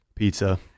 pizza